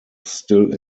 still